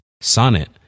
Sonnet